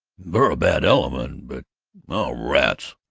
they're a bad element, but oh, rats!